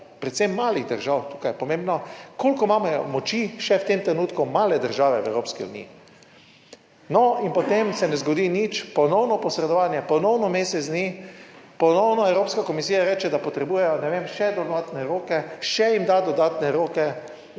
predvsem malih držav. Tukaj je pomembno, koliko imamo moči še v tem trenutku male države v Evropski uniji. No in potem se ne zgodi nič. Ponovno posredovanje, ponovno mesec dni, ponovno Evropska komisija reče, da potrebujejo, ne vem, še dodatne roke, še jim dati dodatne roke.